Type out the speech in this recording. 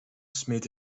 smeet